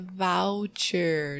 voucher